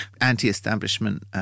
Anti-establishment